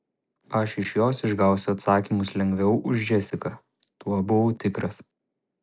aš iš jos išgausiu atsakymus lengviau už džesiką tuo buvau tikras